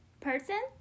person